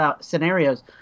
scenarios